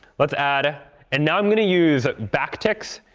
let's add and now i'm going to use it backticks.